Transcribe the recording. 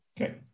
okay